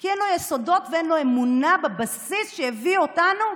כי אין לו יסודות ואין לו אמונה בבסיס שהביא אותנו,